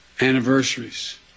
anniversaries